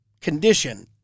condition